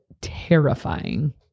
terrifying